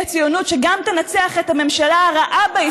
לאן את מחוברת?